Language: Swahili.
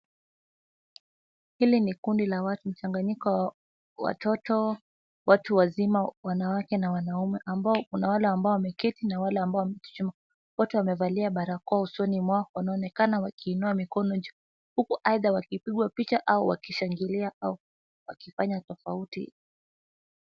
Hili ni kundi la watu mchanganyiko wa watoto, watu wazima, wanawake na wanaume ambao kuna wale ambao wameketi na wale ambao wamechuchumaa. Watu wamevalia barakoa usoni mwao, wanaonekana wakiinua mikono juu huku aidha wakipigwa picha au wakishangilia au wakifanya tofauti.